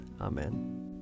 Amen